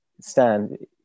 stand